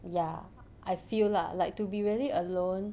ya I feel lah like to be really alone